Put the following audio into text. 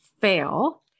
fail